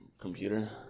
computer